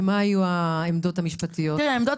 ומה היו העמדות המשפטיות?